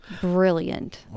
brilliant